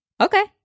Okay